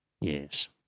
Yes